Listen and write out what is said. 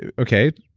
yeah okay,